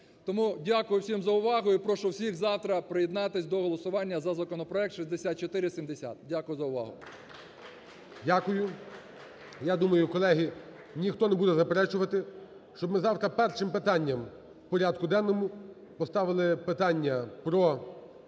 Тому дякую всім за увагу. І прошу всіх завтра приєднатись до голосування за законопроект 6470. Дякую за увагу. ГОЛОВУЮЧИЙ. Дякую. Я думаю, колеги, ніхто не буде заперечувати, щоб ми завтра першим питання в порядку денному поставили питання про